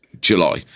july